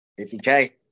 50K